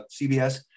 CBS